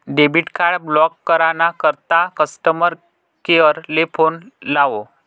debit card block करा ना करता कस्टमर केअर ले फोन लावो